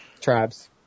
Tribes